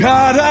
God